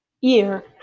year